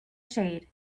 shade